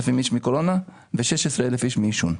אנשים שמקורונה ו-16,000 אנשים מעישון.